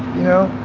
you know?